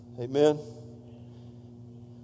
Amen